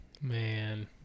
Man